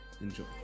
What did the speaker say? enjoy